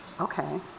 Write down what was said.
Okay